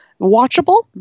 watchable